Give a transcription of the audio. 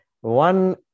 one